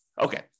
Okay